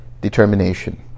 determination